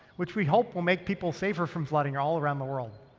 which we hope will make people safer from flooding all around the world.